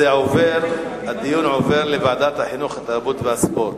הדיון עובר לוועדת החינוך, התרבות והספורט.